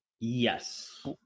Yes